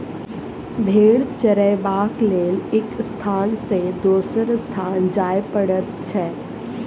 भेंड़ चरयबाक लेल एक स्थान सॅ दोसर स्थान जाय पड़ैत छै